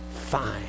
Fine